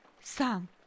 Sam